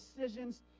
decisions